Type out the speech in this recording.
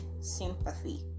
sympathy